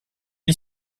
est